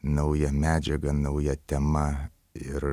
nauja medžiaga nauja tema ir